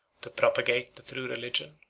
to propagate the true religion,